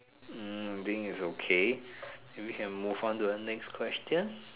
hmm I think it's okay we can move on to the next question